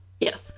Yes